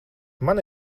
man